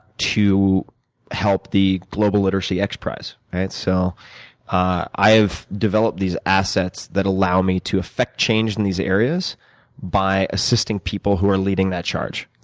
to help the global literacy xprize. i so i have developed these assets that allow me to effect change in these areas by assisting people who are leading that charge.